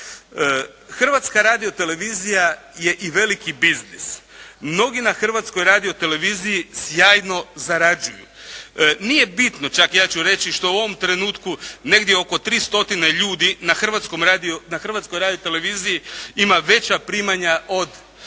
Hrvatska radiotelevizija je i veliki biznis. Mnogi na Hrvatskoj radioteleviziji sjajno zarađuju. Nije bitno, čak ja ću reći što u ovom trenutku negdje oko 3 stotine ljudi na Hrvatskoj radioteleviziji ima veća primanja od